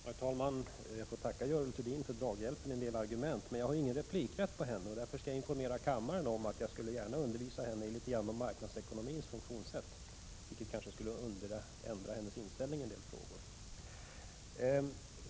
Herr talman! Jag får tacka Görel Thurdin för draghjälp med en del argument, men jag har ingen replikrätt avseende henne. Därför skall jag informera kammaren om att jag gärna skulle undervisa henne i marknadsekonomins funktionssätt, vilket kanske skulle få henne att ändra sin inställning i en del frågor.